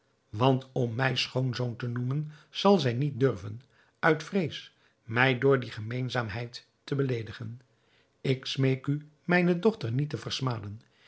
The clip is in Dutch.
want om mij schoonzoon te noemen zal zij niet durven uit vrees mij door die gemeenzaamheid te beleedigen ik smeek u mijne dochter niet te versmaden